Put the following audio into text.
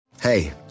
Hey